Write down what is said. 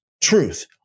truth